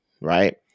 right